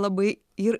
labai ir